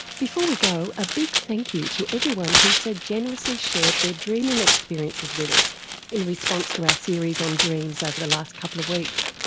before we go, a big thank you to everyone who so generously shared their dreaming experiences with us in response to our series on dreams over the last couple of weeks.